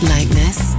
Lightness